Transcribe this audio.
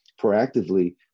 proactively